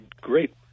great